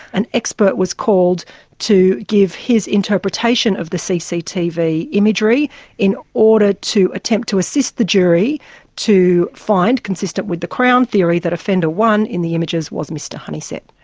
an expert was called to give his interpretation of the cctv imagery in order to attempt to assist the jury to find, consistent with the crown theory, that offender one in the images was mr honeysett.